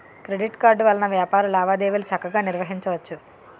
credit card వలన వ్యాపార లావాదేవీలు చక్కగా నిర్వహించవచ్చు